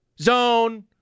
zone